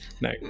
no